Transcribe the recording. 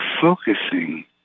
focusing